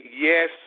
yes